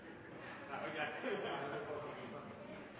jeg også var inne på